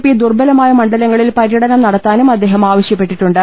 P ദുർബ ലമായ മണ്ഡലങ്ങളിൽ പര്യടനം നടത്താനും അദ്ദേഹം ആവശ്യ പ്പെട്ടിട്ടുണ്ട്